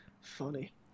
Funny